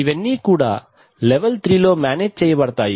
ఇవన్నీ కూడా లెవెల్ 3 లో మేనేజ్ చేయబడతాయి